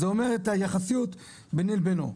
אז זה מעיד על היחסיות ביני לבינו.